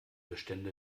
bestände